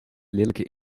lelijke